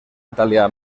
italià